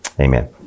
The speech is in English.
Amen